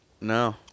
No